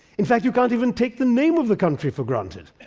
in fact, you can't even take the name of the country for granted,